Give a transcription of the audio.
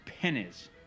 pennies